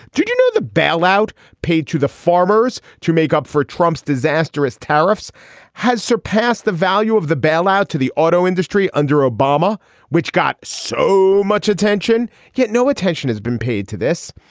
do you know the bailout paid to the farmers to make up for trump's disastrous tariffs has surpassed the value of the bailout to the auto industry under obama which got so much attention get no attention has been paid to this.